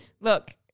Look